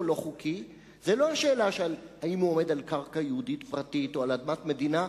לא-חוקי זו לא השאלה האם הוא עומד על קרקע יהודית פרטית או על אדמת מדינה,